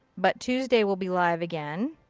but tuesday we'll be live again.